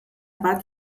bat